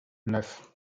neuf